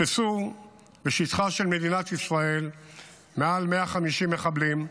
נתפסו בשטחה של מדינת ישראל מעל 150 מחבלים,